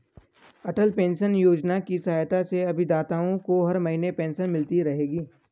अटल pension Yojana की सहायता से अभिदाताओं को हर महीने पेंशन मिलती रहेगी